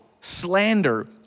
slander